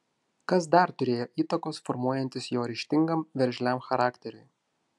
kas dar turėjo įtakos formuojantis jo ryžtingam veržliam charakteriui